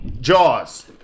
Jaws